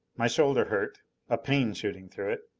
my shoulder hurt a pain shooting through it.